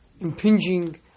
impinging